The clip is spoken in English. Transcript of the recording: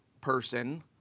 person